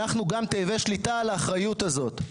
אנחנו גם תאבי שליטה על האחריות הזאת.